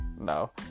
No